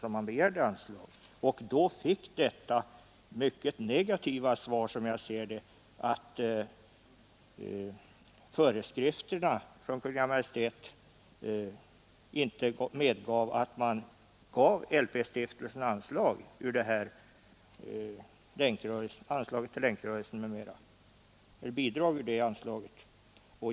Stiftelsen fick då det mycket negativa svaret att föreskrifterna från Kungl. Maj:t inte medgav att man gav LP-stiftelsen bidrag över detta anslag.